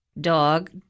dog